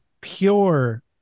pure